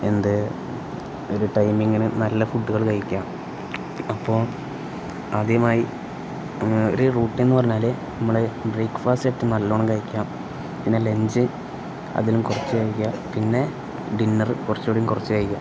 അതിന്റെ ഒരു ടൈമിങ്ങിനു നല്ല ഫുഡുകൾ കഴിക്കുക അപ്പോള് ആദ്യമായി ഒരു റുട്ടീനെന്നു പറഞ്ഞാല് നമ്മല് ബ്രേക്ക്ഫാസ്റ്റേറ്റവും നല്ലവണ്ണം കഴിക്കുക പിന്നെ ലഞ്ച് അതിലും കുറച്ച് കഴിക്കുക പിന്നെ ഡിന്നര് കുറച്ചുകൂടെയും കുറച്ചു കഴിക്കുക